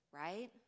right